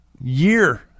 year